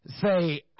say